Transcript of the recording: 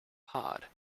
pod